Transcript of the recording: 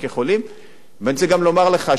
לא רק בשנה האחרונה,